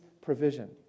provision